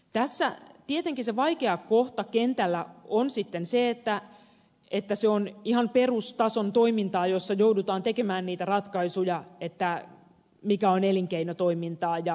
tässä tietenkin se vaikea kohta kentällä on sitten se että se on ihan perustason toimintaa jossa joudutaan tekemään niitä ratkaisuja mikä on elinkeinotoimintaa ja mikä ei